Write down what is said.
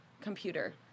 computer